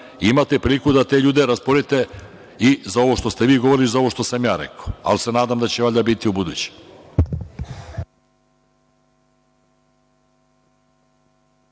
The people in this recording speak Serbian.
imate priliku da te ljude rasporedite i za ovo što ste vi govorili i za ovo što sam ja rekao, ali se nadam da će valjda biti ubuduće.